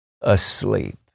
asleep